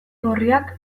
gorriak